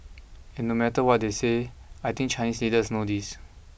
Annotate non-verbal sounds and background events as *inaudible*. and no matter what they say I think Chinese leaders know this *noise*